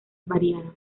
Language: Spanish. variadas